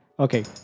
Okay